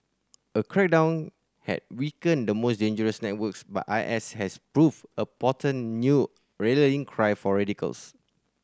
a crackdown had weakened the most dangerous networks but I S has proved a potent new rallying cry for radicals